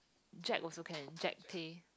Jack also can Jack-Tay